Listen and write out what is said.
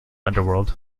underworld